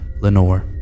lenore